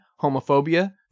homophobia